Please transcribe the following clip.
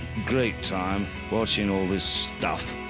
great time watching all this stuff.